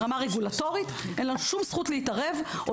רמה רגולטורית אין לה שום זכות להתערב או